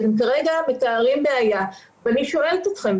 כי כרגע אתם מתארים בעיה ואני שואלת אתכם,